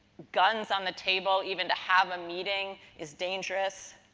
guns on the table, even to have a meeting is dangerous.